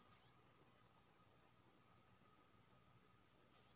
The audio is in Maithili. साधारणतया मकई के फसल प्रति बीघा कतेक होयत छै?